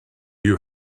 you